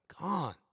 gone